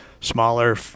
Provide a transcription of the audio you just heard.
smaller